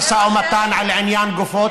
משא ומתן על עניין הגופות.